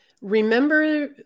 remember